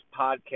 podcast